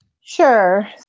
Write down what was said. Sure